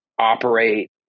operate